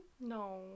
No